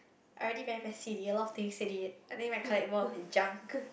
I already very messy already a lot of things already I think I collect more of junk